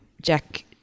Jack